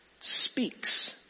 speaks